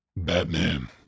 Batman